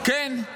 כן.